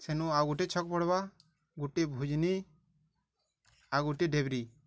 ସେନୁ ଆଉ ଗୋଟେ ଛକ୍ ପଡ଼୍ବା ଗୋଟେ ଭୁଜନୀ ଆଉ ଗୋଟେ ଡେବିରି